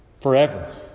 Forever